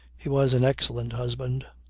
he was an excellent husband.